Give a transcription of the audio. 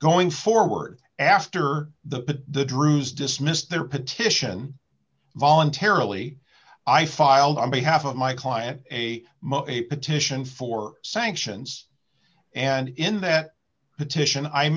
going forward after the drews dismissed their petition voluntarily i filed on behalf of my client a petition for sanctions and in that petition i